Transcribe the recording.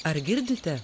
ar girdite